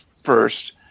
first